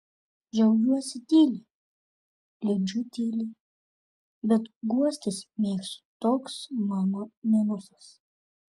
džiaugiuosi tyliai liūdžiu tyliai bet guostis mėgstu toks mano minusas